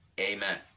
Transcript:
Amen